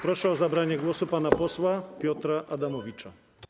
Proszę o zabranie głosu pana posła Piotra Adamowicza.